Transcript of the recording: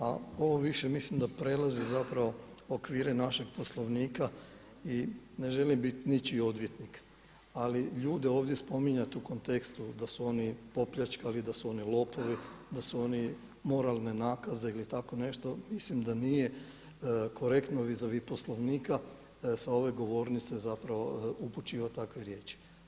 A ovo više mislim da prelazi okvire našeg Poslovnika i ne želim biti ničiji odvjetnik, ali ljude ovdje spominjati u kontekstu da su oni opljačkali, da su oni lopovi, da su oni moralne nakaze ili tako nešto mislim da nije korektno vis a vis poslovnika sa ove govornice upućivati takve riječi.